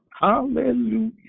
Hallelujah